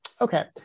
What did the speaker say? Okay